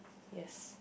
yes